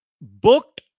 booked